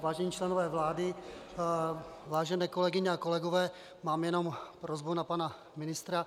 Vážení členové vlády, vážené kolegyně a kolegové, mám prosbu na pana ministra.